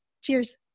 Cheers